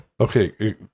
Okay